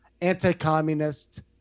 anti-communist